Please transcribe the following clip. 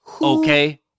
Okay